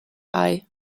eye